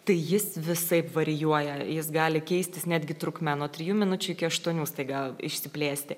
tai jis visaip varijuoja jis gali keistis netgi trukme nuo trijų minučių iki aštuonių staiga išsiplėsti